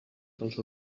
dels